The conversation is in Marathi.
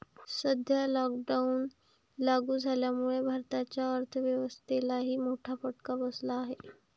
सध्या लॉकडाऊन लागू झाल्यामुळे भारताच्या अर्थव्यवस्थेलाही मोठा फटका बसला आहे